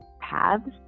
paths